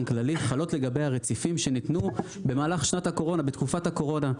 כללי חלות לגבי הרציפים שניתנו במהלך שנת הקורונה.